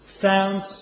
Found